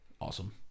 Awesome